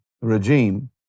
regime